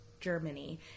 germany